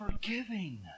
forgiving